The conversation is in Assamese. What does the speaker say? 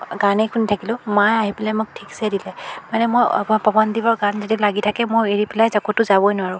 গানেই শুনি থাকিলোঁ মায়ে আহি পেলাই মোক ঠিকচে দিলে মানে মই পৱনদ্বীপৰ গান যদি লাগি থাকে মই এৰি পেলাই ক'তো যাবই নোৱাৰোঁ